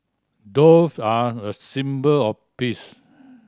dove are a symbol of peace